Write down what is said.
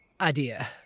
idea